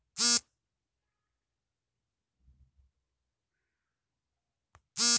ಯಾಂತ್ರೀಕೃತ ಕೃಷಿ ಆಗಮನ್ದಿಂದ ಕೃಷಿಯಂತ್ರೋಪಕರಣವು ಜಗತ್ತನ್ನು ಹೇಗೆ ಪೋಷಿಸುತ್ತೆ ಅನ್ನೋದ್ರ ಭಾಗ್ವಾಗಿದೆ